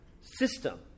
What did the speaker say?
system